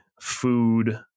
food